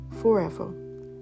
forever